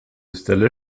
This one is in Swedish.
ställer